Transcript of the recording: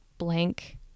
blank